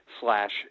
slash